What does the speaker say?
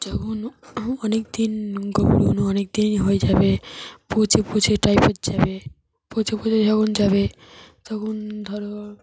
যখন অনেক দিন গোবরগুলো অনেক দিনই হয়ে যাবে পচে পচে যাবে পচে পচে যখন যাবে তখন ধরো